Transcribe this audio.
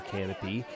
Canopy